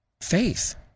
Faith